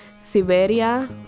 Siberia